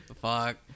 fuck